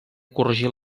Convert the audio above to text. corregir